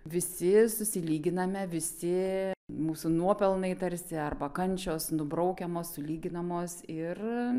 visi susilyginame visi mūsų nuopelnai tarsi arba kančios nubraukiamos sulyginamos ir